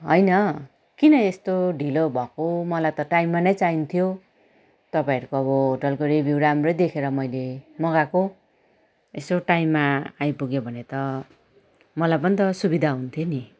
होइन किन यस्तो ढिलो भएको मलाई त टाइममा नै चाहिन्थ्यो तपाईँहरूको अब होटलको रिभ्यू राम्रै देखेर मैले मँगाएको यसो टाइममा आइपुग्यो भने त मलाई पनि त सुविधा हुन्थ्यो नि